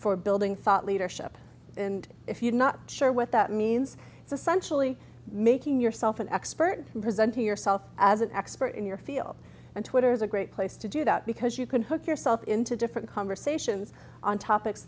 for building thought leadership and if you're not sure what that means it's essentially making yourself an expert in presenting yourself as an expert in your field and twitter is a great place to do that because you can hook yourself into different conversations on topics